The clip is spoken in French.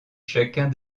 chacun